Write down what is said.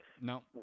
No